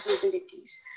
capabilities